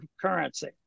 currency